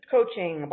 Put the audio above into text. Coaching